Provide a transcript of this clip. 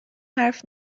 حرف